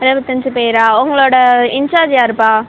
இருவத்தஞ்சி பேரா உங்களோட இன்ச்சார்ஜு யார்ப்பா